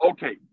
Okay